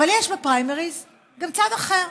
אבל יש בפריימריז גם צד אחר,